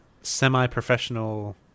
semi-professional